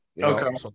Okay